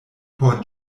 por